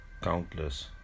countless